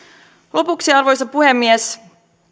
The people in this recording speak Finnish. lopuksi arvoisa puhemies